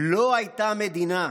"לא הייתה מדינה,